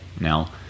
Now